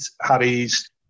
Harry's